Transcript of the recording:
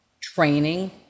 training